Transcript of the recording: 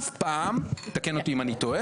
אף פעם תקן אותי אם אני טועה.